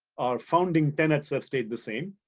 our founding tenets have stayed the same.